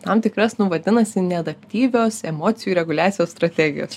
tam tikras nu vadinasi neadaptyvios emocijų reguliacijos strategijos